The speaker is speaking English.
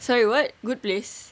sorry what good place